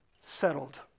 settled